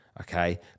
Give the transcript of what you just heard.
Okay